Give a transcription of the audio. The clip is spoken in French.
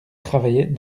travaillent